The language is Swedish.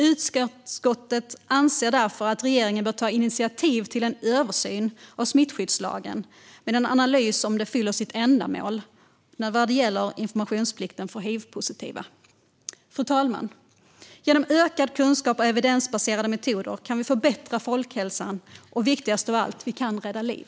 Utskottet anser därför att regeringen bör ta initiativ till en översyn av smittskyddslagen med en analys om den fyller sitt ändamål vad gäller informationsplikten för hivpositiva. Fru talman! Genom ökad kunskap och evidensbaserade metoder kan vi förbättra folkhälsan. Och viktigast av allt: Vi kan rädda liv!